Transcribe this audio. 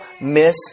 miss